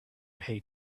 pay